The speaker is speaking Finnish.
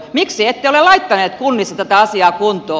miksi ette ole laittaneet kunnissa tätä asiaa kuntoon